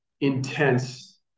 intense